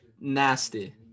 nasty